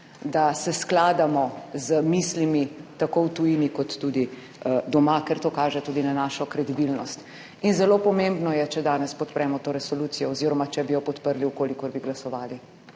da se skladamo z mislimi tako v tujini kot tudi doma, ker to kaže tudi na našo kredibilnost. In zelo pomembno je, če danes podpremo to resolucijo oziroma če bi jo podprli, v kolikor bi glasovali.